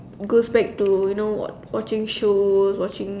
goes back to you know watch~ watching shows watching